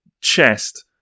chest